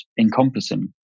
encompassing